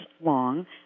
long